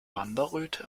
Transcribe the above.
wanderröte